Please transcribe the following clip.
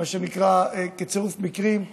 מה שנקרא בצירוף מקרים,